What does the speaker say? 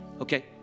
Okay